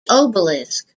obelisk